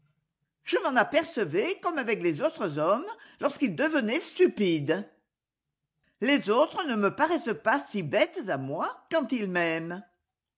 je m'en apercevais comme avec les autres hommes lorsqu'ils devenaient stupides les autres ne me paraissent pas si bêtes à moi quand ils m'aiment